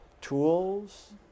tools